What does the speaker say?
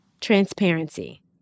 transparency